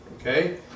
okay